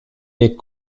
est